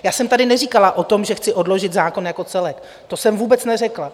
Já jsem tady neříkala o tom, že chci odložit zákon jako celek, to jsem vůbec neřekla.